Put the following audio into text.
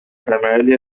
primarily